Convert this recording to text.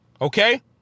Okay